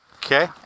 Okay